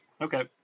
Okay